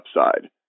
upside